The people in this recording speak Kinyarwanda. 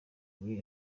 muri